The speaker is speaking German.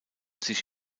sich